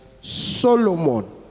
Solomon